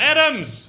Adams